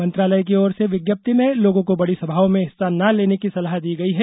मंत्रालय की ओर से जारी विज्ञप्ति में लोगों को बड़ी सभाओं में हिस्सा न लेने की सलाह दी गई है